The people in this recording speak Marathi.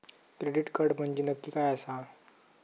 क्रेडिट कार्ड म्हंजे नक्की काय आसा?